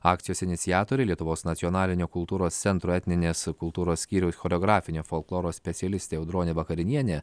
akcijos iniciatoriai lietuvos nacionalinio kultūros centro etninės kultūros skyriaus choreografinio folkloro specialistė audronė vakarinienė